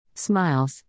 Smiles